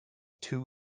too